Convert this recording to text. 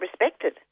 respected